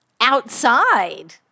outside